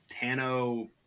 Tano